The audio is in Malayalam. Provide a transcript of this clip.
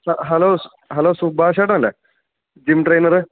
ഹലോ ഹലോ സുബാഷേട്ടനല്ലേ ജിം ട്രെയിനറ്